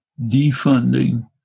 defunding